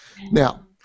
Now